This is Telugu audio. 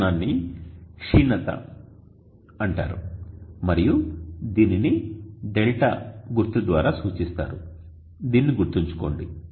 ఈ కోణాన్ని "క్షీణత" అంటారు మరియు దీనిని δ గుర్తు ద్వారా సూచిస్తారు దీనిని గుర్తుంచుకోండి